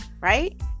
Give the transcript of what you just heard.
right